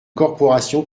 corporation